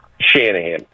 Shanahan